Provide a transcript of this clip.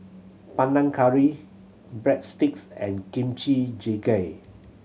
Panang Curry Breadsticks and Kimchi Jjigae